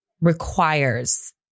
requires